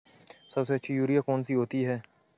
सबसे अच्छी यूरिया कौन सी होती है?